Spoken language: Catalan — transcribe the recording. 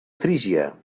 frígia